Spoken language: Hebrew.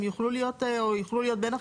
הם יוכלו להיות בין החמישה.